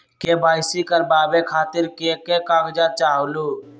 KYC करवे खातीर के के कागजात चाहलु?